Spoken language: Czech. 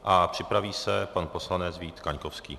A připraví se pan poslanec Vít Kaňkovský.